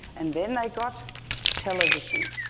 and then they got television.